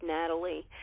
Natalie